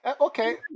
okay